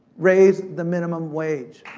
raise the minimum wage.